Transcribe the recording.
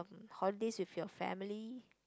holidays with your family